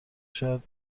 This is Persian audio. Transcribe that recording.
شاید